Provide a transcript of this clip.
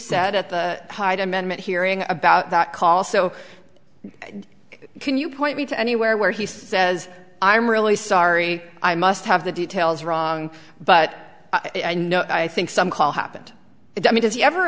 said at the hyde amendment hearing about that call so can you point me to anywhere where he says i'm really sorry i must have the details wrong but i know i think some call happened it to me does he ever